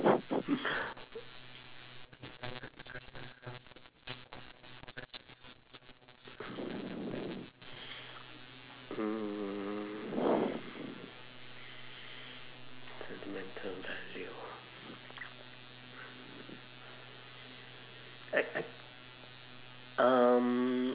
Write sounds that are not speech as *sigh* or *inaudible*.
*laughs* mm sentimental value ah I I um